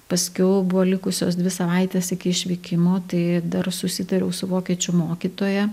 paskiau buvo likusios dvi savaitės iki išvykimo tai dar susitariau su vokiečių mokytoja